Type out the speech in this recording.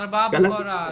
ארבעה, בכל הארץ,